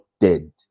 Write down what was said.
dead